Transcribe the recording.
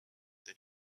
then